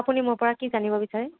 আপুনি মোৰ পৰা কি জানিব বিচাৰে